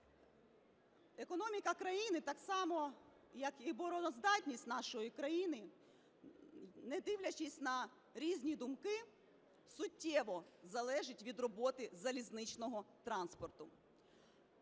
Економіка країни, так само як і обороноздатність нашої країни, не дивлячись на різні думки, суттєво залежить від роботи залізничного транспорту.